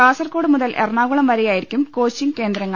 കാസർകോട് മുതൽ എറണാകുളം വരെയായിരിക്കും കോച്ചിങ് കേന്ദ്രങ്ങൾ